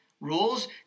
rules